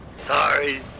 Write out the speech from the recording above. Sorry